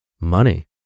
Money